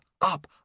up